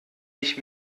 ich